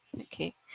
okay